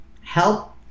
help